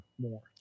more